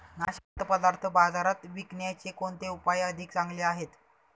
नाशवंत पदार्थ बाजारात विकण्याचे कोणते उपाय अधिक चांगले आहेत?